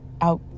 out